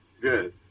good